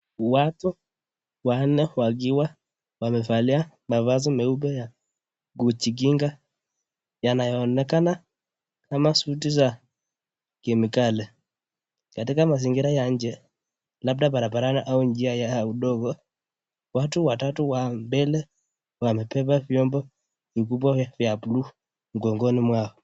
Watu wanne wakiwa wamevalia mavazi meupe ya kujikinga yanaonekana kama suti za kemikali. Katika mazingira ya nje labda barabarani au njia ya udongo watu watatu wa mbele wamebeba vyombo vikubwa vya buluu mgongoni mwao.